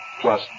Plus